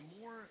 more